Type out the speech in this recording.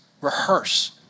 rehearse